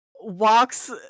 walks